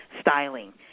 styling